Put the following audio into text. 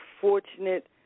fortunate